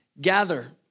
gather